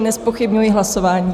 Nezpochybňuji hlasování.